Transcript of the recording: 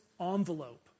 envelope